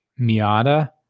Miata